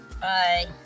Bye